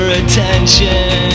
attention